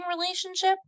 relationship